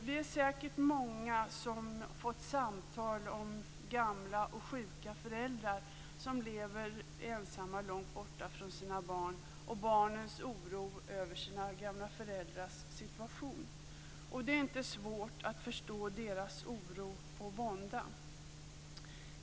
Vi är säkert många som har fått samtal om gamla och sjuka föräldrar som lever ensamma långt borta från sina barn och om barnens oro över sina gamla föräldrars situation. Det är inte svårt att förstå deras oro och vånda.